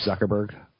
Zuckerberg